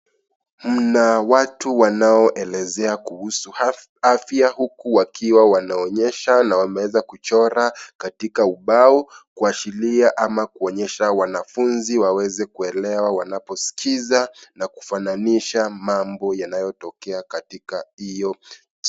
Mna watu wanaoelezea kuhusu afya, huku wakiwa wanaonyesha na wameweza kuchora katika ubao, kuashiria ama kuonyesha wanafunzi wawezekuelewa wanaposikiza na kufananisha mambo yanayotokea katika hiyo.